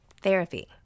therapy